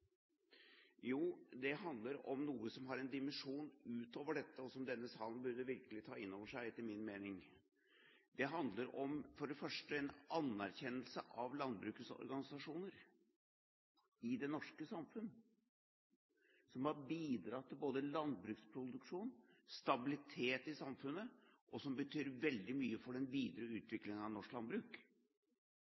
Jo, det handler om noe som har en dimensjon utover dette, og som denne salen etter min mening virkelig burde ta inn over seg. Det handler for det første om en anerkjennelse av landbrukets organisasjoner i det norske samfunn, som har bidratt til både landbruksproduksjon og stabilitet i samfunnet, og som betyr veldig mye for den videre utviklingen av norsk landbruk.